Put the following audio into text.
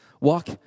Walk